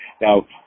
Now